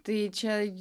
tai čia